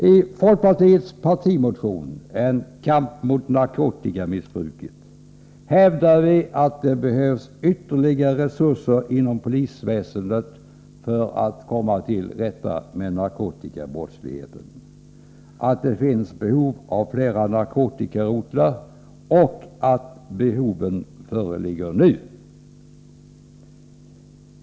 I folkpartiets partimotion, En kamp mot narkotikamissbruket, hävdar vi att det behövs ytterligare resurser inom polisväsendet för att komma till rätta med narkotikabrottsligheten. Vi anser att det finns behov av fler narkotikarotlar och att dessa behov föreligger nu.